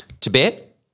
Tibet